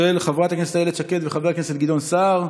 של חברת הכנסת איילת שקד וחבר הכנסת גדעון סער.